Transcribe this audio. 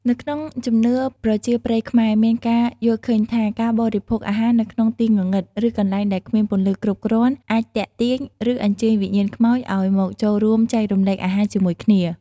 នៅក្នុងជំនឿប្រជាប្រិយខ្មែរ មានការយល់ឃើញថា ការបរិភោគអាហារនៅក្នុងទីងងឹត ឬកន្លែងដែលគ្មានពន្លឺគ្រប់គ្រាន់ អាចទាក់ទាញ ឬអញ្ជើញវិញ្ញាណខ្មោចឲ្យមកចូលរួមចែករំលែកអាហារជាមួយគ្នា។